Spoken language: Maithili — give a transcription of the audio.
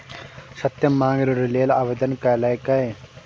सत्यम माँग ऋण लेल आवेदन केलकै